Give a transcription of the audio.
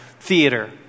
theater